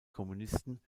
kommunisten